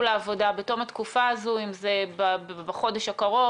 לעבודה בתום התקופה הזו אם זה בחודש הקרוב,